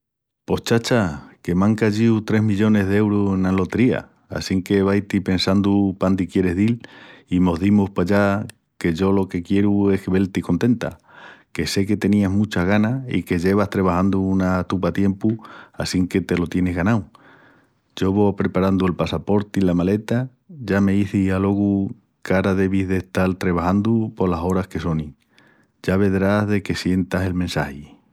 Pos, chacha, que m'án cayíu tres millonis d'eurus ena lotería assinque vai-ti pensandu pándi quieris dil i mos dimus pallá que yo lo quieru es vel-ti contenta, que sé que teniás muchas ganas i que llevas trebajandu una tupa tiempu assínque te lo tienis ganau. Yo vó apreparandu el passaporti i la maleta. Ya m'izis alogu, qu'ara devis d'estal trebajandu polas oras que sonin. Ya vedrás deque sientas el messagi!